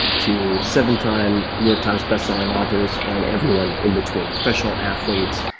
to seven-time new york times bestselling authors, and everyone in between, professional athletes,